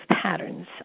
patterns